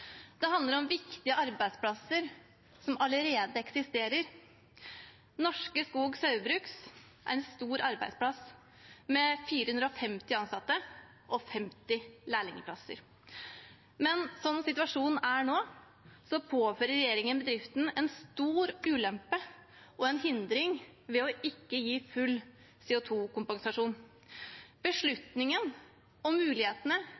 Det handler om viktige arbeidsplasser som allerede eksisterer. Norske Skog Saugbrugs er en stor arbeidsplass med 450 ansatte og 50 lærlingplasser. Slik situasjonen er nå, påfører regjeringen bedriften en stor ulempe og en hindring ved ikke å gi full CO 2 -kompensasjon. Beslutningen og mulighetene